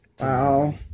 Wow